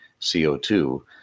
CO2